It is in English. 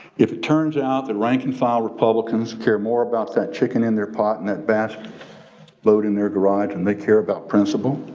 if it turns out that rank-and-file republicans care more about that chicken in their pot and that bass load in their garage and they care about principle,